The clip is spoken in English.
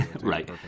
right